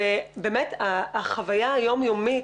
באמת החוויה היום-יומית,